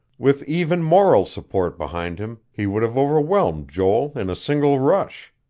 with even moral support behind him, he would have overwhelmed joel in a single rush.